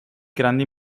grandi